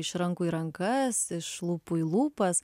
iš rankų į rankas iš lūpų į lūpas